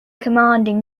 commanding